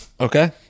Okay